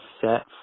set